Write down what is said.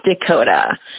Dakota